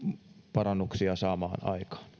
parannuksia saamaan aikaan